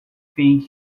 think